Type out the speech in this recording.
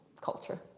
culture